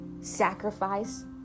Sacrifice